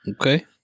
Okay